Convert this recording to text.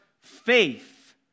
faith